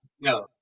No